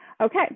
Okay